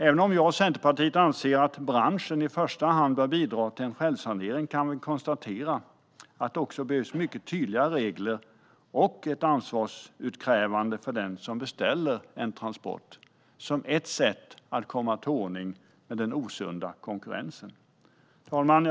Även om jag och Centerpartiet anser att branschen i första hand bör bidra till en självsanering kan vi konstatera att det också behövs mycket tydligare regler och ett ansvarsutkrävande från den som beställer en transport som ett sätt att komma till rätta med den osunda konkurrensen. Herr ålderspresident!